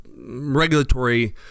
regulatory